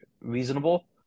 reasonable